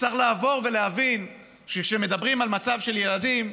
צריך לעבור ולהבין שכשמדברים על מצב של ילדים,